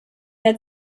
der